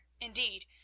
indeed